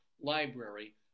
Library